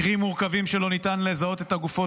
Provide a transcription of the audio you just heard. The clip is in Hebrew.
מקרים מורכבים שלא ניתן לזהות את הגופות